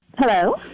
Hello